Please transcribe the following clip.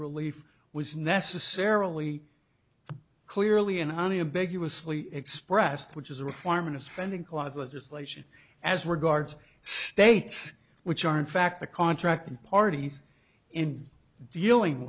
relief was necessarily clearly in honey ambiguously expressed which is a requirement of spending clause legislation as regards states which are in fact the contracting parties in dealing